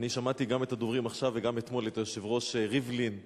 אני שמעתי גם את הדוברים עכשיו וגם אתמול את היושב-ראש ריבלין מדבר,